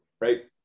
right